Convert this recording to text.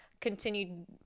continued